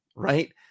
Right